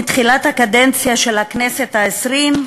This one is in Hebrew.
מתחילת הקדנציה של הכנסת העשרים,